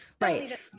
Right